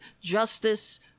justice